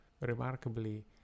remarkably